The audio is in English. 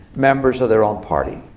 members of their own party.